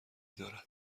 دارد